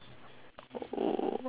oh